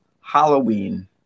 Halloween